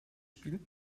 spiel